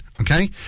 okay